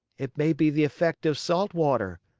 it may be the effect of salt water.